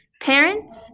parents